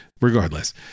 regardless